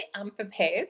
unprepared